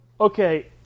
Okay